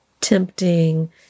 tempting